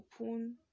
open